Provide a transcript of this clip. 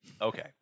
Okay